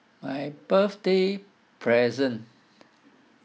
my birthday present